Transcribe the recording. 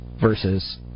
versus